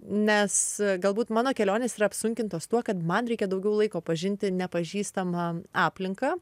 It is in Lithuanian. nes galbūt mano kelionės yra apsunkintos tuo kad man reikia daugiau laiko pažinti nepažįstamą aplinką